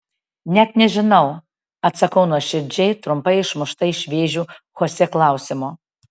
net nežinau atsakau nuoširdžiai trumpai išmušta iš vėžių chosė klausimo